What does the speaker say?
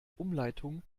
umleitung